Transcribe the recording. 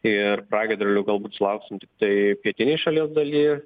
ir pragiedrulių galbūt sulauksim tik tai pietinėj šalies daly